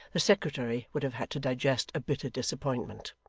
the secretary would have had to digest a bitter disappointment.